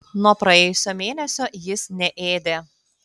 nuo praėjusio mėnesio jis neėdė